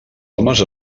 homes